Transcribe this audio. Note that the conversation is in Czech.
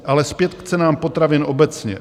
Ale zpět k cenám potravin obecně.